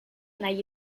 nahi